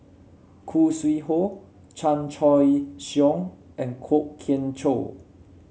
Khoo Sui Hoe Chan Choy Siong and Kwok Kian Chow